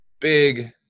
big